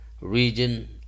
region